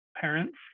parents